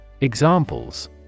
Examples